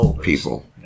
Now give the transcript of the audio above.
people